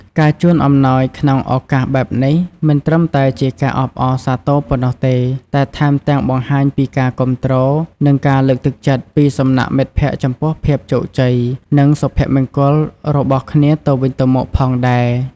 ការជូនអំណោយក្នុងឱកាសបែបនេះ មិនត្រឹមតែជាការអបអរសាទរប៉ុណ្ណោះទេ តែថែមទាំងបង្ហាញពីការគាំទ្រ និងការលើកទឹកចិត្តពីសំណាក់មិត្តភក្តិចំពោះភាពជោគជ័យ និងសុភមង្គលរបស់គ្នាទៅវិញទៅមកផងដែរ។